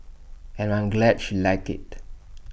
and I'm glad she liked IT